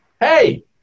Hey